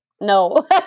No